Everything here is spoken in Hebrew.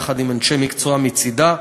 יחד עם אנשי מקצוע מצדה,